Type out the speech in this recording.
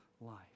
life